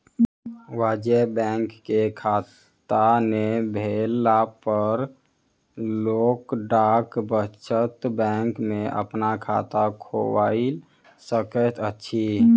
वाणिज्य बैंक के खाता नै भेला पर लोक डाक बचत बैंक में अपन खाता खोइल सकैत अछि